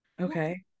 Okay